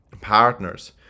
partners